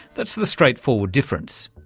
that's the straightforward difference.